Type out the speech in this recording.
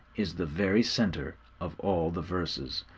is the very centre of all the verses.